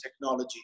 technology